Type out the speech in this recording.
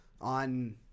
on